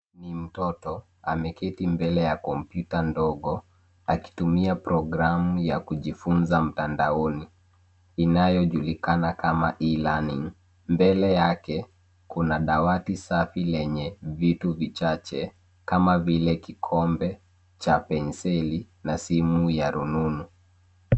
Ni mtoto ameketi mbele ya kompyuta ndogo akitumia programu ya kujifunza mtandaoni inayojulikana kama e-learning . Mbele yake kuna dawati safi lenye vitu vichache kama vile kikombe cha penseli na simu ya rununu.